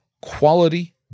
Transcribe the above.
quality